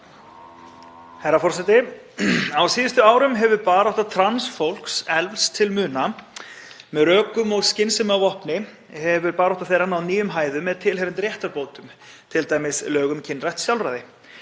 Herra forseti. Á síðustu árum hefur barátta trans fólks eflst til muna. Með rökum og skynsemi að vopni hefur barátta þeirra náð nýjum hæðum með tilheyrandi réttarbótum, t.d. lögum um kynrænt sjálfræði.